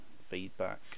feedback